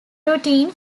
routine